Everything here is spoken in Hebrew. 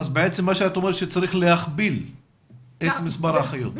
את אומרת שצריך להכפיל את מספר האחיות.